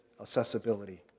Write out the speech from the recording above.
accessibility